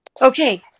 Okay